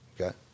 Okay